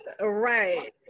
right